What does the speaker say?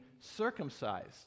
circumcised